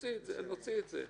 נוציא את זה,